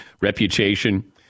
reputation